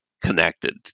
connected